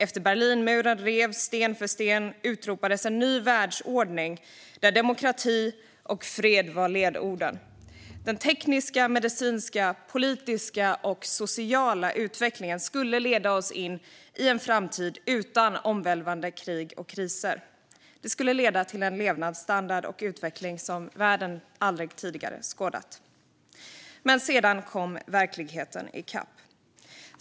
Efter att Berlinmuren revs sten för sten utropades en ny världsordning där demokrati och fred var ledorden. Den tekniska, medicinska, politiska och sociala utvecklingen skulle leda oss in i en framtid utan omvälvande krig och kriser. Det skulle leda till en levnadsstandard och utveckling som världen aldrig tidigare skådat. Men sedan kom verkligheten ikapp.